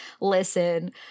listen